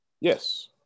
Yes